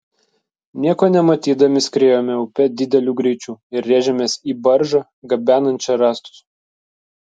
nieko nematydami skriejome upe dideliu greičiu ir rėžėmės į baržą gabenančią rąstus